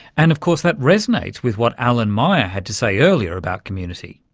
and of course that resonates with what alan meyer had to say earlier about community.